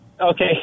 Okay